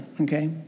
okay